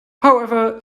however